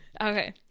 Okay